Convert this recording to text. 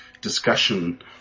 discussion